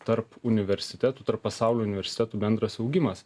tarp universitetų tarp pasaulio universitetų bendras augimas